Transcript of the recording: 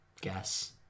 guess